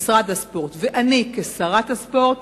משרד הספורט ואני כשרת הספורט,